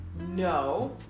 No